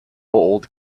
old